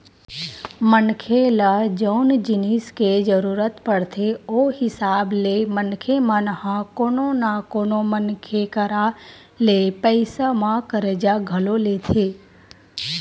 मनखे ल जउन जिनिस के जरुरत पड़थे ओ हिसाब ले मनखे मन ह कोनो न कोनो मनखे करा ले पइसा म करजा घलो लेथे